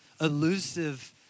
elusive